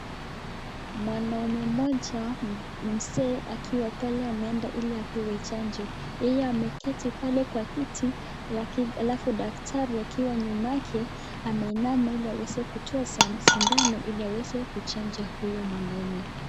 Mwanaume mmoja mzee akiwa pale ameenda ili apewe chanjo, yeye ameketi pale kwa kiti,, alafu daktari akiwa nyuma yake ameinama ili aweze kutoa sindano, ili aweze kuchanja huyo mwanaume.